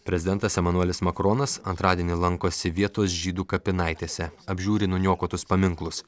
prezidentas emanuelis makronas antradienį lankosi vietos žydų kapinaitėse apžiūri nuniokotus paminklus